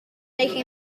making